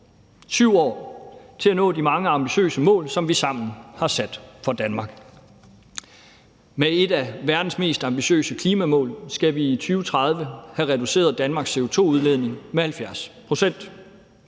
7 år til at nå de mange ambitiøse mål, som vi sammen har sat for Danmark. Med et af verdens mest ambitiøse klimamål skal vi i 2030 have reduceret Danmarks CO2-udledning med 70 pct.